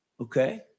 okay